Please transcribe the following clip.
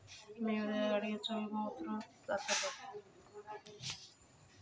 मी उद्या गाडीयेचो विमो उतरवूक जातलंय